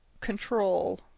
control